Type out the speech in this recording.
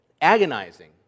agonizing